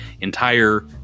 entire